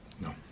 No